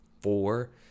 four